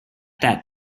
that